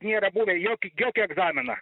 nėra buvę jokį jokį egzaminą